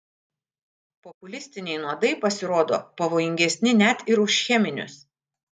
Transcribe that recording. populistiniai nuodai pasirodo pavojingesni net ir už cheminius